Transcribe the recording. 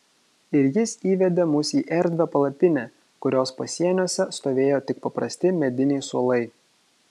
ir jis įvedė mus į erdvią palapinę kurios pasieniuose stovėjo tik paprasti mediniai suolai